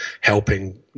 helping